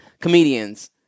comedians